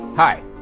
Hi